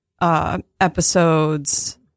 Episodes